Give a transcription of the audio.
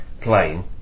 plane